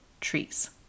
trees